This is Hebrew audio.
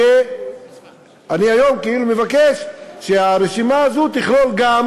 ואני היום מבקש שהרשימה הזאת, תורחב.